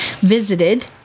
visited